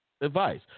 advice